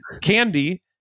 Candy